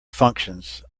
functions